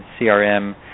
CRM